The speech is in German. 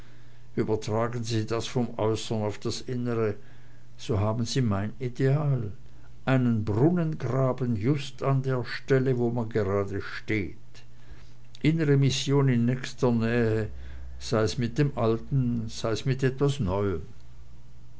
übertragen sie das vom äußern aufs innere so haben sie mein ideal einen brunnen graben just an der stelle wo man gerade steht innere mission in nächster nähe sei's mit dem alten sei's mit etwas neuem